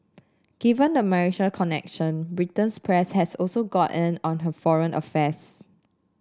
given the marital connection Britain's press has also got in on her foreign affairs